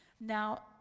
Now